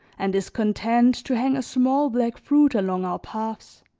and is content to hang a small black fruit along our paths.